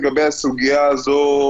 לגבי הסוגיה הזאת,